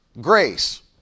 grace